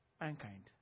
Mankind